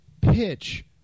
pitch